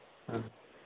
हं